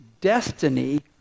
destiny